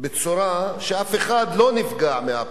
בצורה שאף אחד לא נפגע ממנו,